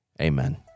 Amen